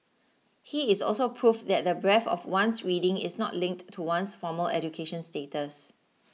he is also proof that the breadth of one's reading is not linked to one's formal education status